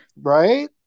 Right